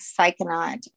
psychonaut